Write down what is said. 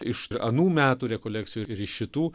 iš anų metų rekolekcijų ir iš šitų